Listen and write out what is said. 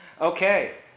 Okay